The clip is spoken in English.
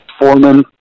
foreman